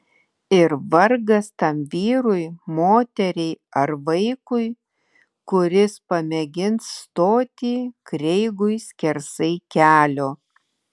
ir vargas tam vyrui moteriai ar vaikui kuris pamėgins stoti kreigui skersai kelio